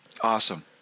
Awesome